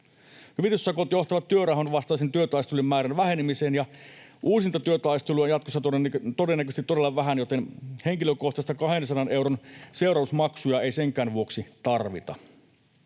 Hyvityssakot johtavat työrauhan vastaisten työtaisteluiden määrän vähenemiseen, ja uusintatyötaisteluja on jatkossa todennäköisesti todella vähän, joten henkilökohtaista 200 euron seuraamusmaksua ei senkään vuoksi tarvita.